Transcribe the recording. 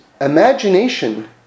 imagination